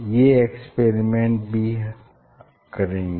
ये एक्सपेरिमेंट भी करेंगे